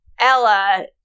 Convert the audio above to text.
ella